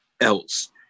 else